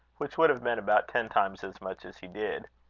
which would have been about ten times as much as he did.